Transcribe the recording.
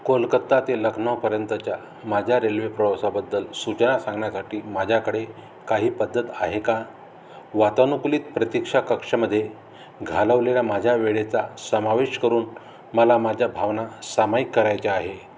कोलकत्ता ते लखनौपर्यंतच्या माझ्या रेल्वे प्रवासाबद्दल सूचना सांगण्यासाठी माझ्याकडे काही पद्धत आहे का वातनुकुलीत प्रतीक्षा कक्षमध्ये घालवलेल्या माझ्या वेळेचा समावेश करून मला माझ्या भावना सामायिक करायच्या आहे